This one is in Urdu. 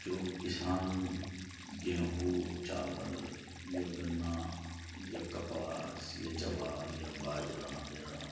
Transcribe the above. جو کسان گیہوں چاول یا گنا یا کپاس یا جوار یا باجرہ یا